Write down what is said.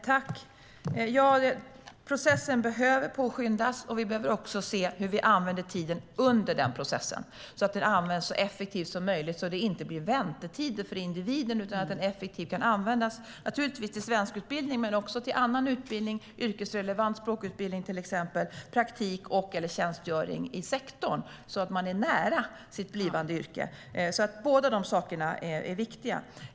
Herr talman! Processen behöver påskyndas, och vi behöver också se hur vi använder tiden under den processen, så att den används så effektivt som möjligt, så att det inte blir väntetider för individen utan att tiden kan användas effektivt, naturligtvis till svenskutbildning men också till annan yrkesrelevant utbildning, till exempel språkutbildning, praktik eller tjänstgöring i sektorn, så att man är nära sitt blivande yrke. Båda de sakerna är viktiga.